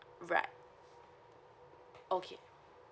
right okay